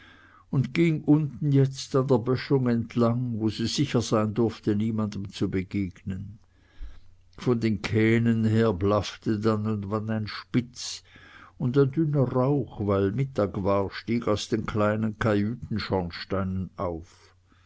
und ging jetzt unten an der böschung entlang wo sie sicher sein durfte niemandem zu begegnen von den kähnen her blaffte dann und wann ein spitz und ein dünner rauch weil mittag war stieg aus den kleinen kajütenschornsteinen auf